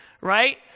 right